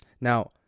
Now